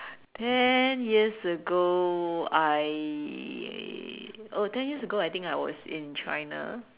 ten years ago I oh ten years ago I think I was in China